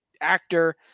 actor